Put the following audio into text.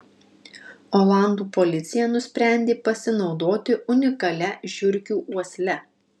olandų policija nusprendė pasinaudoti unikalia žiurkių uosle